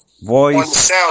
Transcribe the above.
voice